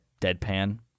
deadpan